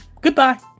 Goodbye